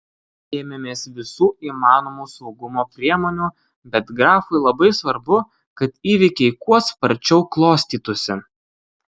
ėmėmės visų įmanomų saugumo priemonių bet grafui labai svarbu kad įvykiai kuo sparčiau klostytųsi